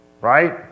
right